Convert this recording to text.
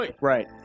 Right